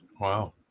wow